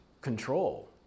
control